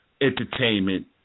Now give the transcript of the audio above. entertainment